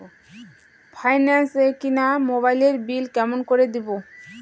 Finance এ কিনা মোবাইলের বিল কেমন করে দিবো?